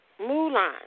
Mulan